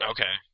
Okay